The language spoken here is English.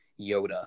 Yoda